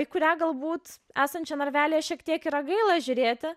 į kurią galbūt esančią narvelyje šiek tiek yra gaila žiūrėti